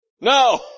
No